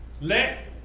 let